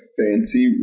fancy